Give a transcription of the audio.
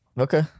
Okay